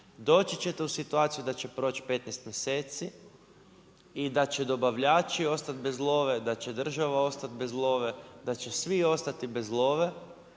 Doći ćete u situaciju da će proći 15 mjeseci, i da će dobavljači ostat bez love, da će država ostat bez love, da će svi ostati bez love,